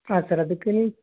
ಹಾಂ ಸರ್ ಅದಕ್ಕೆ